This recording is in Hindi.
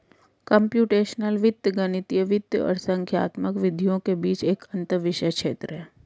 कम्प्यूटेशनल वित्त गणितीय वित्त और संख्यात्मक विधियों के बीच एक अंतःविषय क्षेत्र है